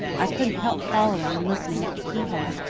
i could'nt help following and listening at the keyhole.